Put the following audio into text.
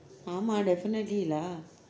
ஆமாம்:aamam definitely lah